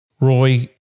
Roy